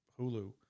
Hulu